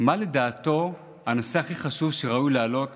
מה לדעתו הנושא הכי חשוב שראוי להעלות